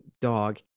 dog